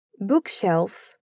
bookshelf